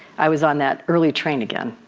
i was on that early train again.